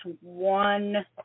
one